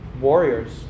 warriors